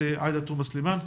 הכנסת, עאידה תומא סלימאן.